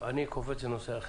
אני קופץ לנושא אחר.